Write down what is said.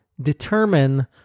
determine